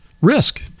Risk